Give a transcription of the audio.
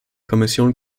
kommission